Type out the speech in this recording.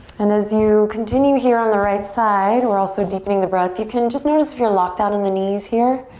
and as you continue here on the right side, we're also deepening the breath. you can just notice if you're locked out in the knees here.